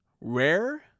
Rare